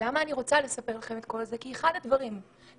אני רוצה לספר לכם את זה כי לאורך כל הדרך הרופאים